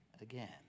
again